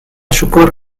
siwgr